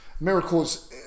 miracles